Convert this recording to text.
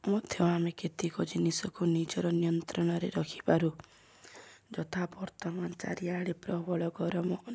ମଧ୍ୟ ଆମେ କେତେକ ଜିନିଷକୁ ନିଜର ନିୟନ୍ତ୍ରଣରେ ରଖିପାରୁ ଯଥା ବର୍ତ୍ତମାନ ଚାରିଆଡ଼େ ପ୍ରବଳ ଗରମ